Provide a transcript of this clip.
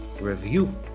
review